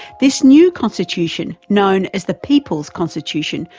this new constitution, known as the people's constitution,